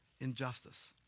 injustice